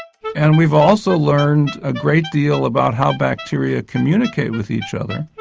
and we've also learned a great deal about how bacteria communicate with each other.